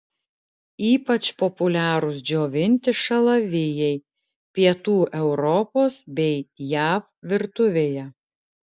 ypač populiarūs džiovinti šalavijai pietų europos bei jav virtuvėje